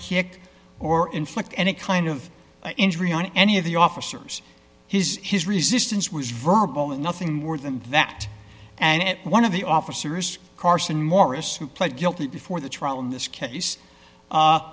strike or inflict any kind of injury on any of the officers his his resistance was verbal and nothing more than that and one of the officers carson morris who pled guilty before the trial in this case